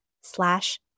slash